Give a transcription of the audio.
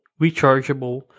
rechargeable